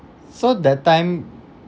s~ s~ so that time